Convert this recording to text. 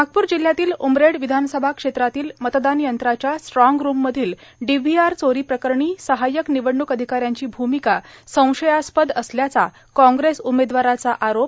नागपूर जिल्ह्यातील उमरेड विधानसभा क्षेत्रातील मतदान यंत्राच्या स्ट्राँग रूममधील डिव्हीआर चोरीप्रकरणी सहायक निवडणूक अधिकाऱ्यांची भूमिका संशयास्पद असल्याचा काँग्रेस उमेदवाराचा आरोप